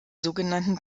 sogenannten